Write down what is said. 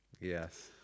Yes